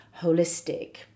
holistic